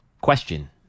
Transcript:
question